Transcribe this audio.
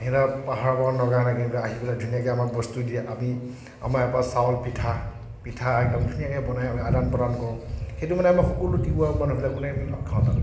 পাহাৰবোৰত নগা নাগিনীবিলাক আহি পেলাই ধুনীয়াকৈ আমাক বস্তু দিয়ে আমি আমাৰ ইয়াৰ পৰা চাউল পিঠা পিঠা একদম ধুনীয়াকৈ বনাই আদান প্ৰদান কৰোঁ সেইটো মানে আমি সকলো তিৱা মানুহবিলাক মানে আমি লগ খাওঁ তাত